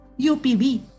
UPB